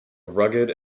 rugged